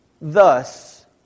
thus